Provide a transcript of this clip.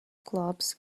clubs